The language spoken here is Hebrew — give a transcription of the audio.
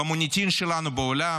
במוניטין שלנו בעולם,